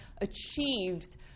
achieved